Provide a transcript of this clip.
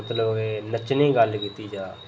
मतलब एह् नच्चने दी गल्ल कीती जा